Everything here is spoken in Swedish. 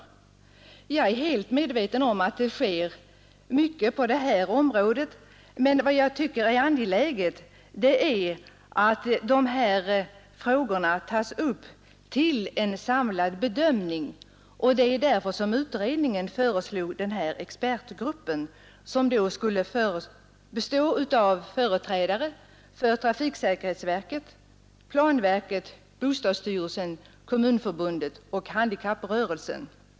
Jag är medveten om att det sker en del när det gäller det allmänna färdväsendets anpassning till handikappade. Men det är angeläget, tycker jag, att dessa frågor tas upp till en samlad bedömning. Det var också av detta skäl som utredningen föreslog denna planeringsgrupp i vilken borde ingå företrädare för trafiksäkerhetsverket, planverket, bostadsstyrelsen, Kommunförbundet och handikapprörelsen.